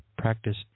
Practice